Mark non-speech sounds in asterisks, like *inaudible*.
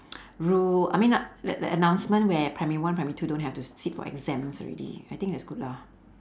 *noise* rule I mean I that that announcement where primary one primary two don't have to sit for exams already I think that's good lah